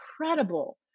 incredible